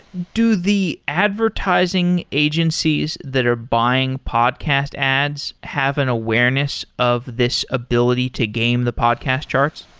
do the advertising agencies that are buying podcast ads have an awareness of this ability to game the podcast charts?